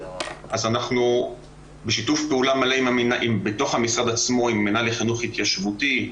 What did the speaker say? אז אנחנו בשיתוף מלא בתוך המשרד עצמו עם מנהל לחינוך התיישבותי,